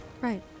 Right